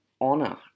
honor